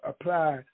apply